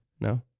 No